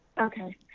Okay